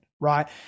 right